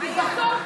הכבוד.